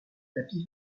tapis